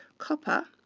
copper